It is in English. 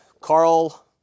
Carl